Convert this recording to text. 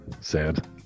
sad